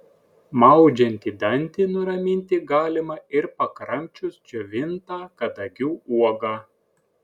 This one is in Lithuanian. maudžiantį dantį nuraminti galima ir pakramčius džiovintą kadagių uogą